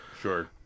Sure